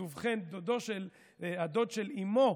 ובכן, הדוד של אימו,